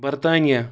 برتانیا